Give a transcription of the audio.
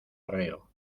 arreo